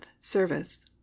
service